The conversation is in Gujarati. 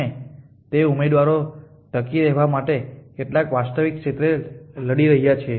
અને તે ઉમેદવારો ટકી રહેવા માટે કેટલાક વાસ્તવિક ક્ષેત્રમાં લડી રહ્યા છે